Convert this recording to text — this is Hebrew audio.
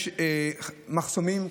יש מחסומים.